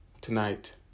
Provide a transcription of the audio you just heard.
tonight